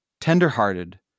tender-hearted